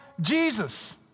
Jesus